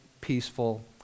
peaceful